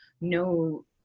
no